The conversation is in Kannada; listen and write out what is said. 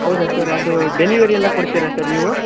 ಹೌದ ಸರ್ ಅದು ಡೆಲಿವರಿ ಎಲ್ಲ ಕೊಡ್ತೀರಾ ಸರ್ ನೀವು